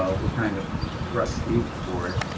ah we're kind of trustees for